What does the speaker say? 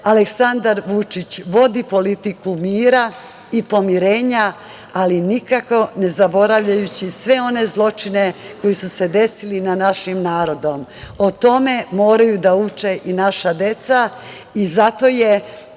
Aleksandar Vučić vodi politiku mira i pomirenja, ali nikako ne zaboravljajući sve one zločine koji su se desili našem narodu. O tome moraju da uče i naša deca. Zato je